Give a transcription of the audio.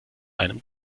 einem